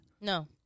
No